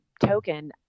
token